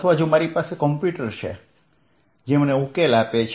અથવા જો મારી પાસે કમ્પ્યુટર છે જે મને ઉકેલ આપે છે